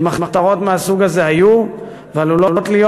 כי מחתרות מהסוג הזה היו ועלולות להיות,